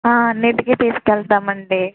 అన్నింటికీ తీసుకెళ్తామండి